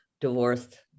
divorced